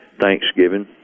Thanksgiving